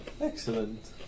Excellent